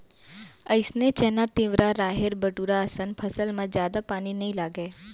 अइसने चना, तिंवरा, राहेर, बटूरा असन फसल म जादा पानी नइ लागय